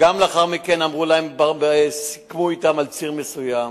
וגם לאחר מכן, אמרו להם וסיכמו אתם על ציר מסוים,